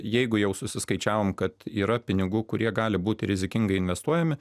jeigu jau suskaičiavom kad yra pinigų kurie gali būti rizikingai investuojami